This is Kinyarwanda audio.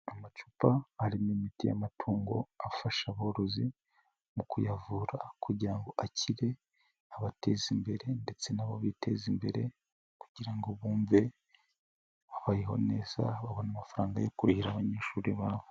Amacupa arimo imiti y'amatungo afasha aborozi, mu kuyavura kugira ngo akire, abateza imbere ndetse nabo biteza imbere, kugira ngo bumve , bayeho neza babone amafaranga yo kurihira abanyeshuri babo.